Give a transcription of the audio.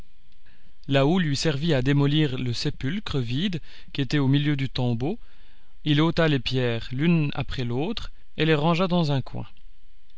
houe lui servit à démolir le sépulcre vide qui était au milieu du tombeau il ôta les pierres l'une après l'autre et les rangea dans un coin